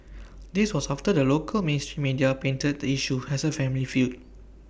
this was after the local media painted the issue as A family feud